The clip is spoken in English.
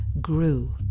grew